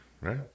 right